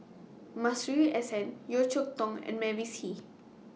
Masuri S N Yeo Cheow Tong and Mavis Hee